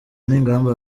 n’ingamba